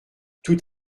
tout